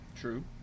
True